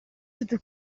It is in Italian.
tutto